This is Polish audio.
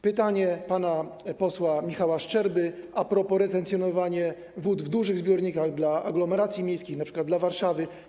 Pytanie pana posła Michała Szczerby a propos retencjonowania wód w dużych zbiornikach dla aglomeracji miejskich, np. dla Warszawy.